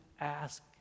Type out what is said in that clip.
ask